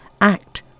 ACT